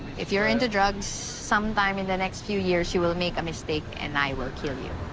if you're into drugs, sometime in the next few years, you will make a mistake and i will kill you.